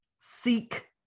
seek